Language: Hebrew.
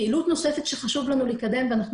פעילות נוספת שחשוב לנו לקדם ואנחנו